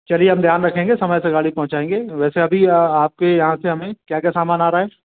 चलिए हम ध्यान रखेंगे समय से गाड़ी पहुँचाएँगे वैसे अभी आपके यहाँ से हमें क्या क्या सामान आ रहा है